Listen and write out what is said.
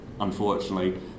unfortunately